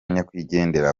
nyakwigendera